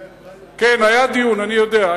כן, היה דיון, אני יודע.